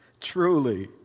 truly